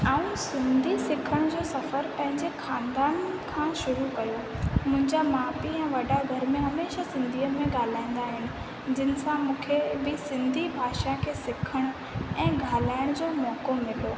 आऊं सिंधी सिखण जो सफ़र पंहिंजे ख़ानदान खां शुरू कयो मुंहिंजा माउ पीउ ऐं वॾा घर में हमेशह सिंधीअ में ॻाल्हाईंदा आहिनि जिन सां मूंखे बि सिंधी भाषा खे सिखण ऐं गाल्हाइणु जो मौक़ो मिलियो